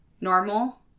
normal